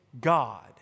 God